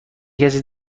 کسی